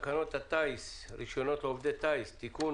הנושא: הצעת תקנות הטיס (רישיונות לעובדי טיס) (תיקון),